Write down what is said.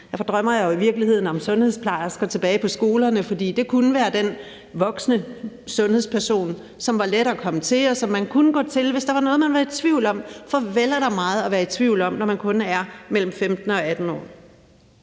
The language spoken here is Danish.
Derfor drømmer jeg i virkeligheden om at få sundhedsplejersker tilbage på skolerne, for det kunne være den voksne sundhedsperson, som var let at komme til, og som man kunne gå til, hvis der var noget, man var i tvivl om. For vel er der meget at være i tvivl om, når man kun er mellem 15 og 18 år.